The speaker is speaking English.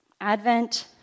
Advent